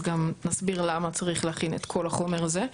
אז גם נסביר למה צריך להכין את כל החומר הזה.